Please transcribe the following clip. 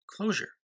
closure